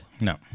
No